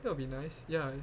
that will be nice ya